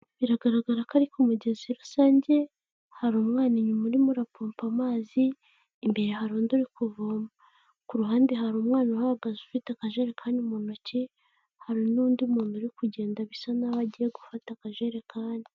Biragaragara ko ariko umugezi rusange, hari umwana inyuma urimo urapopa amazi, imbere hari undi uri kuvoma. Ku ruhande hari umwana uhagaze ufite akajerekani mu ntoki, hari n'undi muntu uri kugenda bisa naho agiye gufata akajerekani.